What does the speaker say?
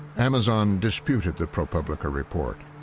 amazon disputed the propublica report.